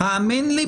האמן לי,